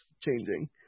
changing